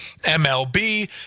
MLB